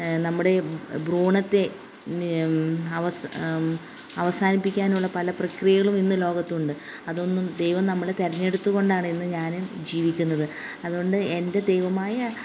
നമ്മുടെ ഭ്രൂണത്തെ അവസാനം അവസാനിപ്പിക്കാനുള്ള പല പ്രക്രിയകളും ഇന്ന് ലോകത്തുണ്ട് അതൊന്നും ദൈവം നമ്മളെ തെരെഞ്ഞെടുത്തത് കൊണ്ടാണ് ഇന്ന് ഞാനും ജീവിക്കുന്നത് അതുകൊണ്ട് എൻ്റെ ദൈവമായ